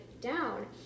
down